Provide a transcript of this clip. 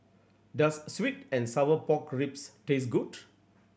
does sweet and sour pork ribs taste good